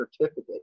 certificate